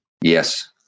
Yes